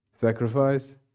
Sacrifice